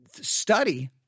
study